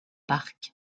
parc